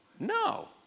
No